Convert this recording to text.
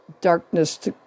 darkness